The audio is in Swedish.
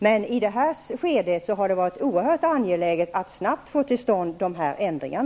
Men i detta skede har det varit oerhört angeläget att snabbt få till stånd dessa ändringar.